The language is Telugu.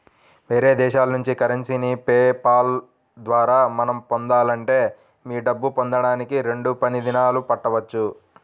వేరే దేశాల నుంచి కరెన్సీని పే పాల్ ద్వారా మనం పొందాలంటే మీ డబ్బు పొందడానికి రెండు పని దినాలు పట్టవచ్చు